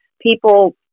people